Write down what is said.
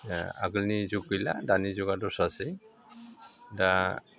दा आगोलनि जुग गैला दानि जुगा दस्रासै दा